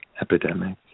epidemic